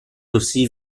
aussi